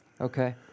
Okay